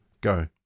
Go